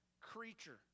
creature